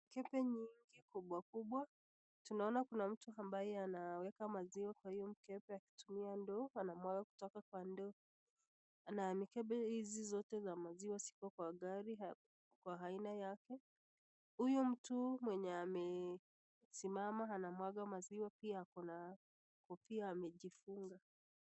Tunaona Kuna mtu anaweka maziwa kwa hiyo mkebe ndo anamwaka kutoka kwa ndogo na mikebe hizi zote ziko kwa gari kwa Haina yake huyu mtu mwenye amesimama amemwaga maziwa pia ako na kofia amejifunga.